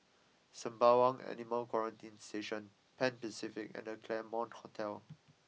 Sembawang Animal Quarantine Station Pan Pacific and The Claremont Hotel